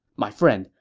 my friend,